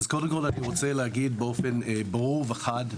אני רוצה להגיד באופן ברור וחד,